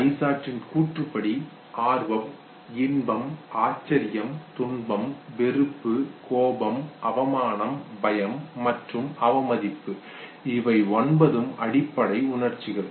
ஐசார்ட்ன் கூற்றுப்படி ஆர்வம் இன்பம் ஆச்சரியம் துன்பம் வெறுப்பு கோபம் அவமானம் பயம் மற்றும் அவமதிப்பு இவை ஒன்பதும் அடிப்படை உணர்ச்சிகள்